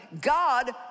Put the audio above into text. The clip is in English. God